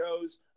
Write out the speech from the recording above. shows